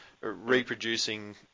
reproducing